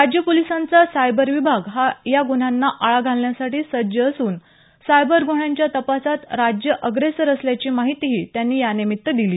राज्य पोलीसांचा सायबर विभाग या गुन्ह्यांना आळा घालण्यासाठी सज्ज असून सायबर गुन्ह्यांच्या तपासात राज्य अग्रेसर असल्याची माहितीही त्यांनी यानिमित्त दिली